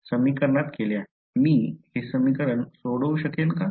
मी हे समीकरण सोडवू शकेन का